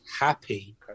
happy